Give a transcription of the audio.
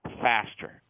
faster